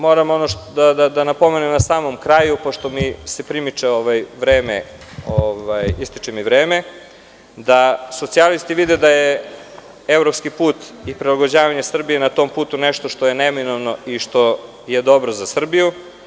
Moram da napomenem na samom kraju, pošto mi ističe vreme, socijalisti vide da je evropski put i prilagođavanje Srbije na tom putu nešto što je neminovno i nešto što je dobro za Srbiju.